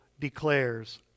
declares